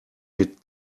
mit